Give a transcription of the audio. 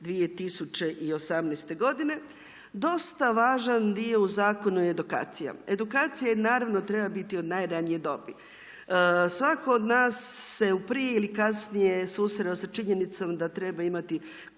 2018. godine. Dosta važan dio u zakonu je edukacija. Edukacija naravno treba biti od najranije dobi. Svatko od nas se prije ili kasnije susreo sa činjenicom da treba imati kućnog